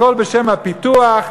הכול בשם הפיתוח,